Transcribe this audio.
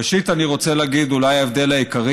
ראשית אני רוצה להגיד שאולי ההבדל העיקרי